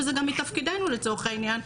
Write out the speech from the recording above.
וזה גם מתפקידנו לצורך העניין,